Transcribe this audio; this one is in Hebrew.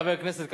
חבר כנסת,